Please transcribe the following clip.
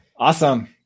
Awesome